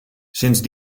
sinds